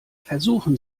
versuchen